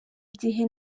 igihe